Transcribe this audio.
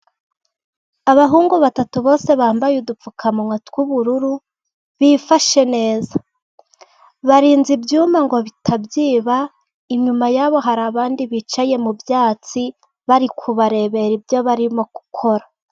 Abahungu batatu bose bambaye udupfukamunwa tw'ubururu, bifashe neza. Barinze ibyuma ngo bitabyiba, inyuma yabo hari abandi bicaye mu byatsi, bari kubarebera ibyo barimo gukora.